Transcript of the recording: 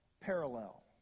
parallel